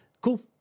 cool